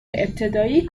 ابتدایی